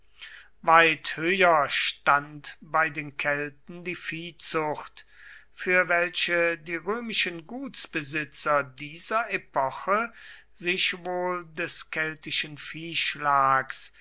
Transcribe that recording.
weit höher stand bei den kelten die viehzucht für welche die römischen gutsbesitzer dieser epoche sich sowohl des keltischen